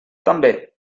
també